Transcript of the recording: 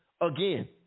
again